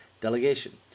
delegation